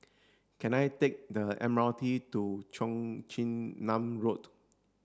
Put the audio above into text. can I take the M R T to Cheong Chin Nam Road